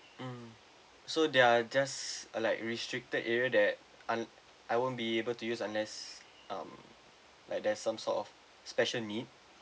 mm so they're just like restricted area that un~ I won't be able to use unless um like there's some sort of special need